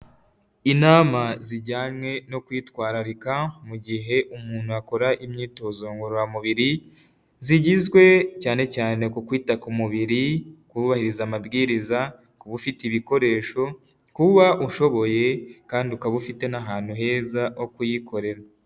Inama zijyanye no kwitwararika, mu gihe umuntu akora imyitozongororamubiri, zigizwe cyane cyane ku kwita ku mubiri, kubahiriza amabwiriza, kuba ufite ibikoresho, kuba ushoboye kandi ukaba ufite n'ahantu heza ho kuyikorera.